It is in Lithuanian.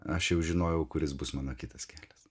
aš jau žinojau kuris bus mano kitas kelias